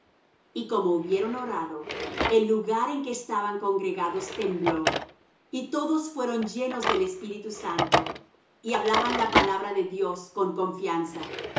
y como hubieron orado el lugar en que estaban congregados tembló y todos fueron llenos del espíritu santo y hablaron la palabra de dios con confianza